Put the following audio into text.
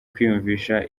kwiyumvisha